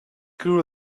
grew